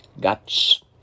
Guts